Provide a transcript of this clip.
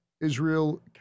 Israel